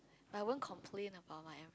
I won't complain about my